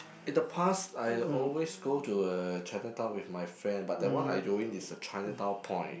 in the past I always go to uh Chinatown with my friend but that one I going is the Chinatown Point